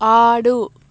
ఆడు